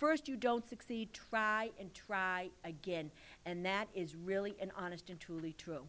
it st you don't succeed try and try again and that is really an honest and truly true